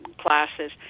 classes